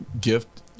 gift